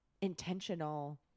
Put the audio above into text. intentional